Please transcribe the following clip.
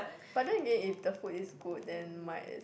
but then again if the food is good then might as